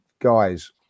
guys